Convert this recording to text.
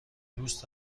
دوست